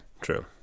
True